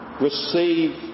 Receive